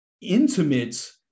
intimate